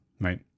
right